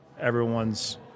everyone's